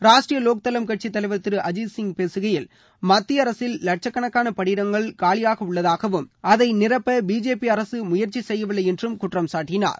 ராஷ்டிரிய வோக்தளம் கட்சி தலைவர் திரு அஜித் சிங் பேககையில் மத்திய அரசில் வட்கக்கணக்கான பணியிடங்கள் காலியாக உள்ளதாகவும் அதை நிரப்ப பிஜேபி அரசு முயற்சி செய்யவில்லை என்றம் குற்றம் சாட்டினார்